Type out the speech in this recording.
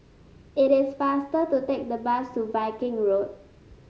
it is faster to take the bus to Viking Road